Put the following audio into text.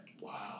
Wow